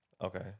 Okay